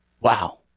Wow